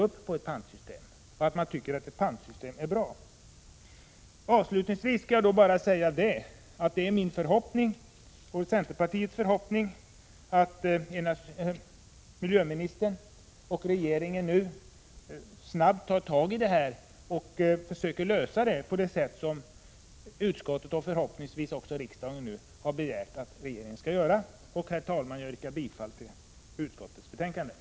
Människorna ställer upp för det och tycker att det är bra. Avslutningsvis vill jag bara säga att det är min och centerpartiets förhoppning att miljöministern och regeringen i övrigt nu snabbt tar tag i problemet och försöker lösa det på det sätt som utskottet och förhoppningsvis också hela riksdagen begär att regeringen skall göra. Herr talman! Jag yrkar bifall till utskottets hemställan.